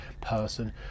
person